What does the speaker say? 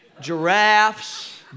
giraffes